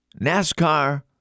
NASCAR